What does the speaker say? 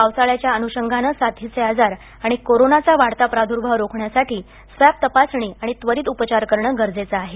पावसाळ्याच्या अनुंशगाने साथीचे आजार आणि कोरोनाचा वाढता प्रादूर्भाव रोखण्यासाठी स्वॅब तपासणी आणि त्वरित उपचार करणं गरजेचं आहे